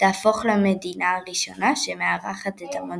בקונגרס ה-68 של פיפ"א שנערך במוסקבה.